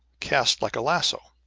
cast like a lasso.